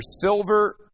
silver